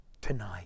tonight